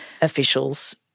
officials